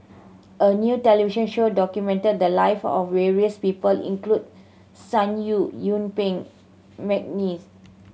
a new television show documented the live of various people including Sun Yee Yuen Peng McNeice